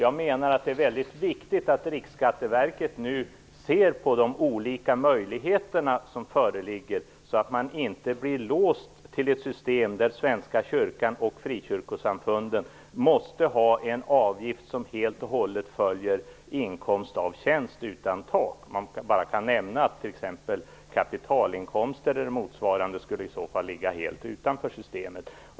Jag menar att det är väldigt viktigt att Riksskatteverket nu ser på de olika möjligheter som föreligger, så att man inte blir låst vid ett system som innebär att Svenska kyrkan och frikyrkosamfunden måste ha en avgift som helt och hållet följer inkomst av tjänst utan tak. Jag kan här bara nämna att kapitalinkomster eller motsvarande i så fall skulle ligga helt utanför systemet.